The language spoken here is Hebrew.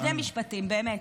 עוד שני משפטים, באמת.